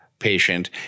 patient